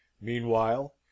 Meanwhile